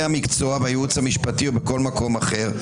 המקצוע והייעוץ המשפטי או בכל מקום אחר,